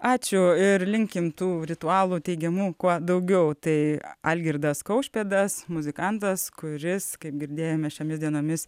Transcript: ačiū ir linkim tų ritualų teigiamų kuo daugiau tai algirdas kaušpėdas muzikantas kuris kaip girdėjome šiomis dienomis